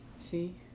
See